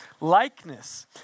likeness